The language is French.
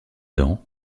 dents